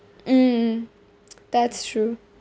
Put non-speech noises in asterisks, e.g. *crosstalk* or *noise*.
mm *noise* that's true